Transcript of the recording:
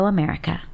America